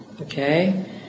Okay